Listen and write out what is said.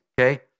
okay